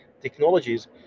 technologies